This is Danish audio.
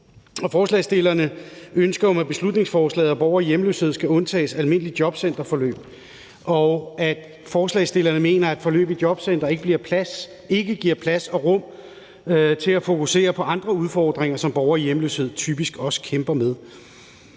Forslagsstillerne ønsker jo med beslutningsforslaget, at borgere i hjemløshed skal undtages almindelige jobcenterforløb, og forslagsstillerne mener, at forløbene i jobcentrene ikke giver plads og rum til at fokusere på andre af de udfordringer, som borgere i hjemløshed typisk også kæmper med.